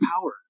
power